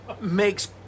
makes